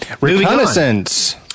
Reconnaissance